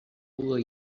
puga